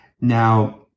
Now